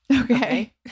Okay